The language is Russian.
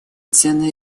ценный